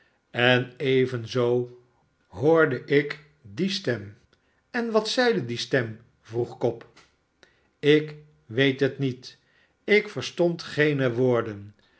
en evenzoo hoorde ik die stem en wat zeide die stem vroeg cobb ik weet het niet ik verstond geene woorden